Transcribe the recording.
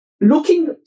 looking